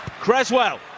Creswell